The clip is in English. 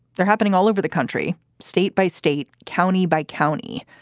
they're happening all over the country, state by state, county by county,